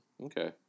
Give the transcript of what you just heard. Okay